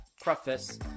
preface